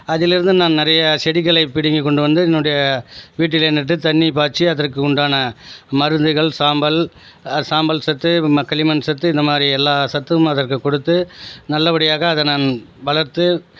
அதில் இருந்து நான் நிறையா செடிகளை பிடுங்கி கொண்டு வந்து என்னுடைய வீட்டில் இருந்துட்டு தண்ணி பாய்ச்சி அதற்கு உண்டான மருந்துகள் சாம்பல் சாம்பல் சத்து களிமண் சத்து இந்த மாதிரி எல்லா சத்தும் அதற்கு கொடுத்து நல்லபடியாக அதை நான் வளர்த்து